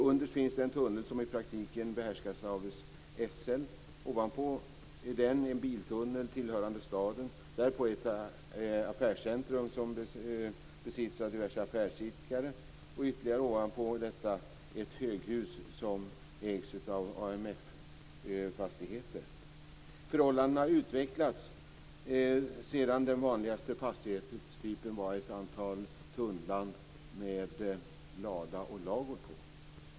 Underst finns en tunnel som i praktiken behärskas av SL, ovanpå den en biltunnel tillhörande staden, därpå ett affärscentrum som besitts av diverse affärsidkare och ytterligare ovanpå detta ett höghus som ägs av AMF-fastigheter. Förhållandena har utvecklats sedan den vanligaste fastighetstypen var ett antal tunnland med lada och ladugård på.